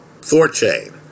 ThorChain